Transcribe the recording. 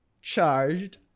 charged